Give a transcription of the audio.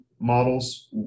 models